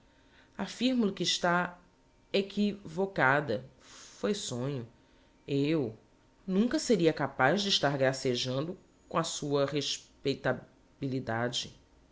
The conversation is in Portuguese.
affirmo lhe que está equi vocada foi sonho eu nunca seria capaz de estar gracejando com a sua